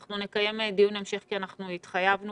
אנחנו נקיים דיון המשך כי אנחנו התחייבנו